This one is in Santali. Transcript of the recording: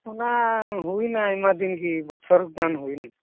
ᱚᱱᱟ ᱦᱩᱭᱮᱱᱟ ᱟᱭᱢᱟ ᱫᱤᱱ ᱜᱮ ᱵᱚᱪᱷᱚᱨ ᱜᱟᱱ ᱦᱩᱭᱮᱱᱟ